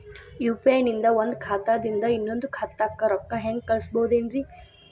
UPI ನಿಂದ ಒಂದ್ ಖಾತಾದಿಂದ ಇನ್ನೊಂದು ಖಾತಾಕ್ಕ ರೊಕ್ಕ ಹೆಂಗ್ ಕಳಸ್ಬೋದೇನ್ರಿ?